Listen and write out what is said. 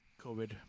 COVID